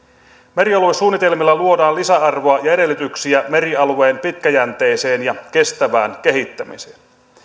merialuesuunnitelmilla luodaan lisäarvoa ja edellytyksiä merialueen pitkäjänteiseen ja kestävään kehittämiseen